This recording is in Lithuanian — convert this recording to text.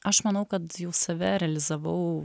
aš manau kad jau save realizavau